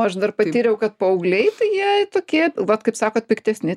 o aš dar patyriau kad paaugliai tai jie tokie vat kaip sakot piktesni